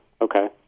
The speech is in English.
Okay